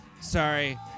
Sorry